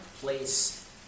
place